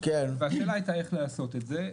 והשאלה הייתה איך לעשות את זה.